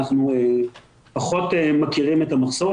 אנחנו פחות מכירים את המחסור,